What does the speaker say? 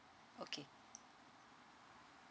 okay